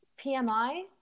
PMI